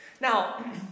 Now